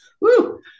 woo